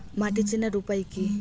মাটি চেনার উপায় কি?